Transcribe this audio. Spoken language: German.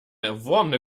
erworbene